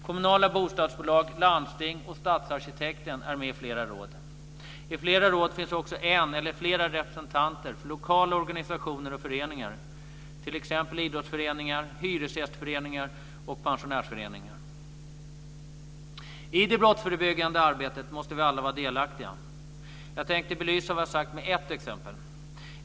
Kommunala bostadsbolag, landsting och stadsarkitekten är med i flera råd. I flera råd finns också en eller flera representanter för lokala organisationer och föreningar, t.ex. idrottsföreningar, hyresgästföreningar och pensionärsföreningar. I det brottsförebyggande arbetet måste vi alla vara delaktiga. Jag tänkte belysa vad jag har sagt med ett exempel.